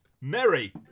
Mary